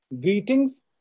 greetings